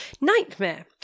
nightmare